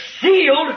sealed